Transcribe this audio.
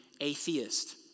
atheist